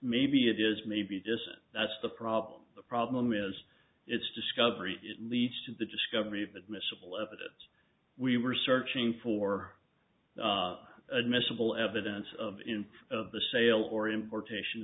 maybe it is maybe just that's the problem the problem is its discovery leads to the discovery of admissible evidence we were searching for admissible evidence of in of the sale or importation